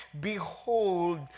Behold